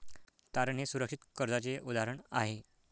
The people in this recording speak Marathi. तारण हे सुरक्षित कर्जाचे उदाहरण आहे